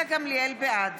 בעד